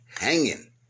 hanging